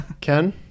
Ken